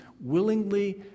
willingly